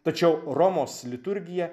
tačiau romos liturgija